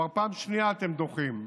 כבר פעם שנייה אתם דוחים.